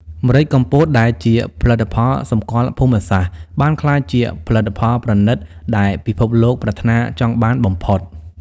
ម្រេចកំពតដែលជាផលិតផលសម្គាល់ភូមិសាស្ត្រ បានក្លាយជាផលិតផលប្រណីតដែលពិភពលោកប្រាថ្នាចង់បានបំផុត។